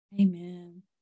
Amen